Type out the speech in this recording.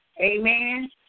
Amen